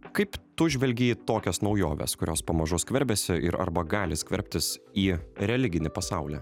kaip tu žvelgi į tokias naujoves kurios pamažu skverbiasi ir arba gali skverbtis į religinį pasaulį